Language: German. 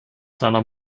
seiner